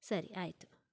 ಸರಿ ಆಯ್ತು